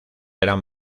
eran